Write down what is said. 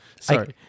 Sorry